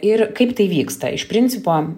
ir kaip tai vyksta iš principo